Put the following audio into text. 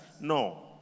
No